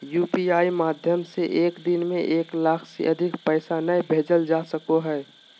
UPI माध्यम से एक दिन में एक लाख से अधिक पैसा नय भेजल जा सको हय